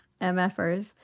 MFers